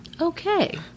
Okay